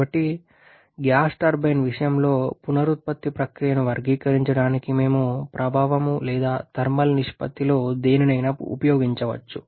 కాబట్టి gas turbine విషయంలో పునరుత్పత్తి ప్రక్రియను వర్గీకరించడానికి మేము ప్రభావం లేదా థర్మల్ నిష్పత్తిలో దేనినైనా ఉపయోగించవచ్చు